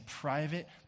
private